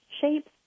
shapes